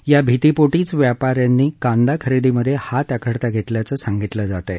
या भीतीपोटीच व्यापा यांनी कांदा खरेदीमधे हात आखडता घेतल्याचं सांगितलं जातं